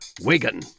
Wigan